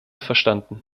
verstanden